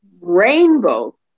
rainbow